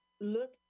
look